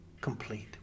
complete